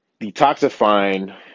detoxifying